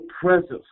presence